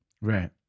Right